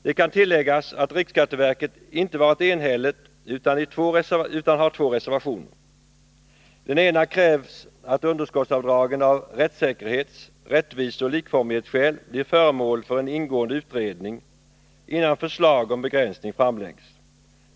Det kan tilläggas att riksskatteverket inte var enhälligt — yttrandet har två reservationer. I den ena krävs att underskottsavdragen av rättssäkerhets-, rättviseoch likformighetsskäl blir föremål för en ingående utredning, innan förslag om begränsning framläggs.